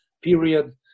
Period